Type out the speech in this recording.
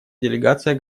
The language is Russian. делегация